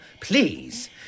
please